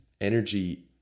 energy